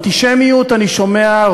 אנטישמיות אני שומע,